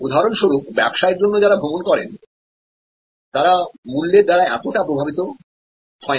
উদাহরণস্বরূপ ব্যবসায়ের জন্য যারা ভ্রমণ করেন তারা মূল্যের দ্বারা এতটা প্রভাবিত হয় না